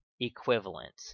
equivalent